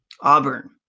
Auburn